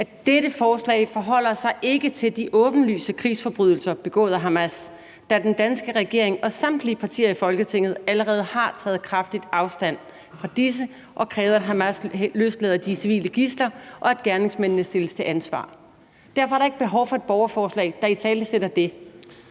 at dette forslag ikke forholder sig til de åbenlyse krigsforbrydelser begået af Hamas, da den danske regering og samtlige partier i Folketinget allerede har taget kraftigt afstand fra disse og krævet, at Hamas løslader de civile gidsler, og at gerningsmændene stilles til ansvar. Derfor er der ikke behov for et borgerforslag, der italesætter det.